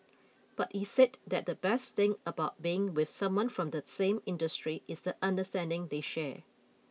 but he said that the best thing about being with someone from the same industry is the understanding they share